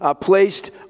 placed